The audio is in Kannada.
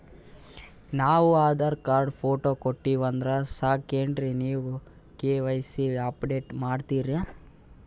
ನಾವು ಆಧಾರ ಕಾರ್ಡ, ಫೋಟೊ ಕೊಟ್ಟೀವಂದ್ರ ಸಾಕೇನ್ರಿ ನೀವ ಕೆ.ವೈ.ಸಿ ಅಪಡೇಟ ಮಾಡ್ತೀರಿ?